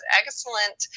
excellent